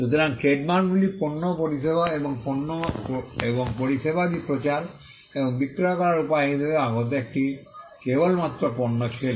সুতরাং ট্রেডমার্কগুলি পণ্য ও পরিষেবা এবং পণ্য এবং পরিষেবাদি প্রচার এবং বিক্রয় করার উপায় হিসাবে আগত এটি কেবলমাত্র পণ্য ছিল